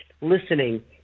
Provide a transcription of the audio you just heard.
listening